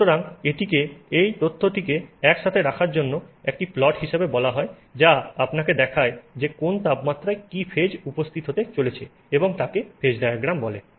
সুতরাং এটিকে এই তথ্যটিকে একসাথে রাখার জন্য একটি প্লট হিসাবে বলা হয় যা আপনাকে দেখায় যে কোন তাপমাত্রায় কী ফেজ উপস্থিত হতে চলেছে এবং তাকে ফেজ ডায়াগ্রাম বলে